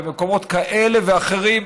ומקומות כאלה ואחרים,